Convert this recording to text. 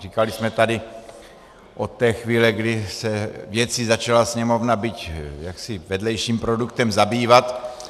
Říkali jsme to tady od té chvíle, kdy se věcí začala Sněmovna, byť jako vedlejším produktem, zabývat.